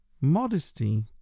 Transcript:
modesty